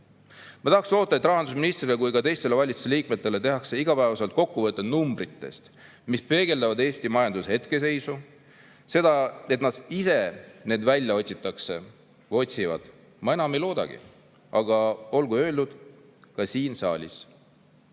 Ma tahaksin loota, et rahandusministrile ja ka teistele valitsusliikmetele tehakse igapäevaselt kokkuvõte numbritest, mis peegeldavad Eesti majanduse hetkeseisu. Seda, et nad ise need välja otsivad, ma enam ei loodagi. Aga olgu öeldud ka siin saalis: